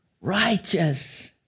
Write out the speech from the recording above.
righteous